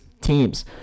teams